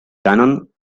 cànon